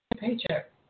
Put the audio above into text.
paycheck